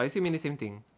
but is it mean the same thing